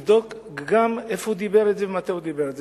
ולבדוק גם איפה הוא דיבר את זה ומתי הוא דיבר את זה.